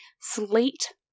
slate